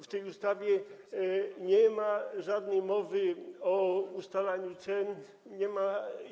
W tej ustawie nie ma mowy o ustalaniu cen - nie ma.